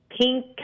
pink